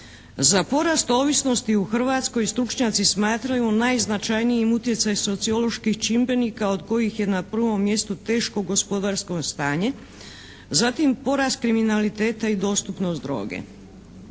Za porast ovisnosti u Hrvatskoj stručnjaci smatraju najznačajnijim utjecaj socioloških čimbenika od kojih je na prvom mjestu teško gospodarsko stanje, zatim porast kriminaliteta i dostupnost droge.